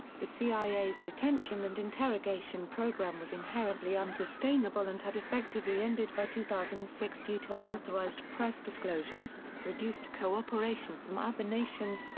the cia's detention and interrogation program was inherently unsustainable and had effectively ended by two thousand and six due to unauthorized press disclosures, reduced cooperation from other nations,